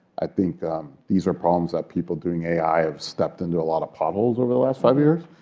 i think these are problems that people doing ai have stepped into a lot of potholes over the last five years.